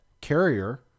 carrier